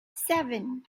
seven